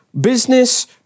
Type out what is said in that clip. business